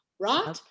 right